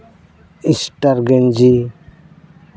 star ᱜᱮᱧᱡᱤ